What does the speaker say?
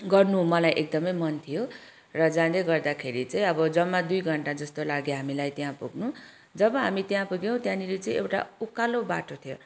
गर्नु मलाई एकदमै मन थियो र जाँदै गर्दाखेरि चाहिँ अब जम्मा दुई घन्टा जस्तो लाग्यो हामीलाई त्यहाँ पुग्नु जब हामी त्यहाँ पुग्यौँ त्यहाँनिर चाहिँ एउटा उकालो बाटो थियो